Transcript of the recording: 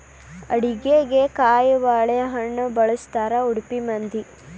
ಅಡಿಗಿಗೆ ಕಾಯಿಬಾಳೇಹಣ್ಣ ಬಳ್ಸತಾರಾ ಉಡುಪಿ ಮಂದಿ